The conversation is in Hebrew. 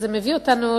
נהפוך הוא.